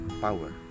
power